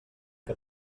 que